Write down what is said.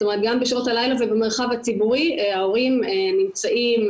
גם בשעות הלילה ובמרחב הציבורי ההורים נמצאים,